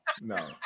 no